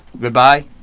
Goodbye